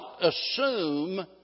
assume